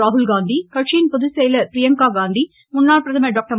ராகுல்காந்தி கட்சியின் பொதுச்செயலர் ப்ரியங்கா காந்தி முன்னாள் பிரதமர் டாக்டர்